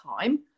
time